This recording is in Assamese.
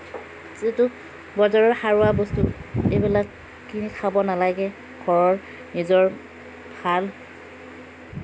যিহেতু বজাৰৰ সাৰুৱা বস্তু এইবিলাক কিনি খাব নালাগে ঘৰৰ নিজৰ ভাল